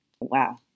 wow